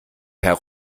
per